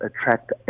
attract